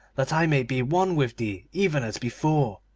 that i may be one with thee even as before